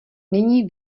nyní